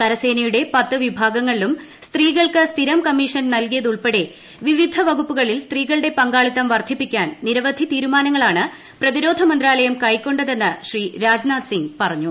കരസേനയുടെ പത്ത് വിഭാഗങ്ങളിലും സ്ത്രീകൾക്ക് സ്ഥിരം കമ്മീഷൻ നൽകിയതുൾപ്പെടെ വിവിധ വകുപ്പുകളിൽ സ്ത്രീകളുടെ പങ്കാളിത്തം വർദ്ധിപ്പിക്കാൻ നിരവധി തീരുമാനങ്ങളാണ് പ്രതിരോധ മന്ത്രാലയം കൈക്കൊണ്ടതെന്ന് ശ്രീ രാജ്നാഥ് സിംങ് പറഞ്ഞു